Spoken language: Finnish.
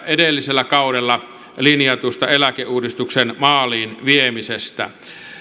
edellisellä kaudella linjatusta eläkeuudistuksen maaliin viemisestä